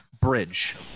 bridge